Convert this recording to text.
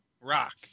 Rock